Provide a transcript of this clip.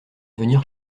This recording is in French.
venir